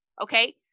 okay